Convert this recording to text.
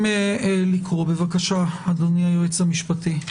בבקשה, אדוני היועץ המשפטי.